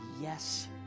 Yes